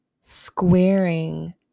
squaring